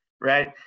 right